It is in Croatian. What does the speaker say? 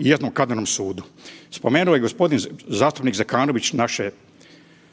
jednom kaznenom sudu. Spomenuo je g. zastupnik Zekanović naše